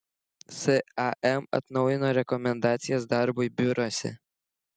sam atnaujino rekomendacijas darbui biuruose